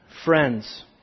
Friends